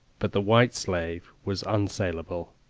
but the white slave was unsaleable,